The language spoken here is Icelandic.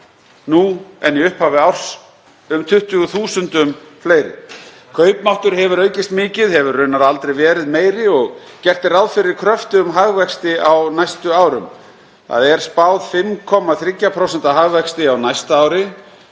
nú en í upphafi árs, um 20.000 fleiri. Kaupmáttur hefur aukist mikið, hefur raunar aldrei verið meiri og gert er ráð fyrir kröftugum hagvexti á næstu árum. Spáð er 5,3% hagvexti á næsta ári